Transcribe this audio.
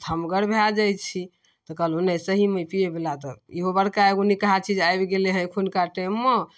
थमगर भऽ जाइ छी तऽ कहलहुँ नहि सहीमे ई पिएवला इहो बड़का एगो निकहा चीज आबि गेलै हँ एखुनका टाइममे